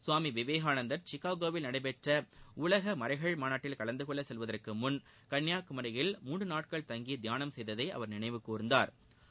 சுவாமி விவேகானந்தர் சிகாகோவில் நடைபெற்ற உலக மறைகள் மாநாட்டில் கலந்து கொள்ள செல்வதற்கு முன் கன்னியாகுமரியில் மூன்று நாட்கள் தங்கி தியானம் செய்ததை அவா் நினைவுகூர்ந்தாா்